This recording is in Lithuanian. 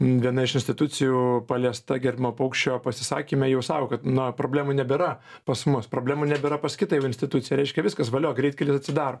viena iš institucijų paliesta gerbiamo paukščio pasisakyme jau sako kad na problemų nebėra pas mus problemų nebėra pas kitą instituciją reiškia viskas valio greitkelis atsidaro